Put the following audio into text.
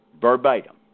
verbatim